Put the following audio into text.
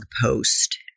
post